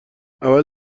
اول